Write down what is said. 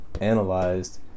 analyzed